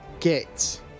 get